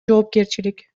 жоопкерчилик